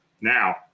now